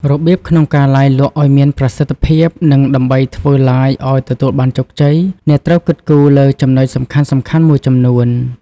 របៀបក្នុងការ Live លក់ឲ្យមានប្រសិទ្ធភាព និងដើម្បីធ្វើ Live ឲ្យទទួលបានជោគជ័យ អ្នកត្រូវគិតគូរលើចំណុចសំខាន់ៗមួយចំនួន។